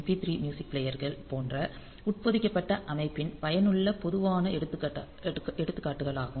B 3 music பிளேயர்கள் போன்ற உட்பொதிக்கப்பட்ட அமைப்பின் பயனுள்ள பொதுவான எடுத்துக்காட்டுகளாகும்